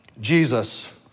Jesus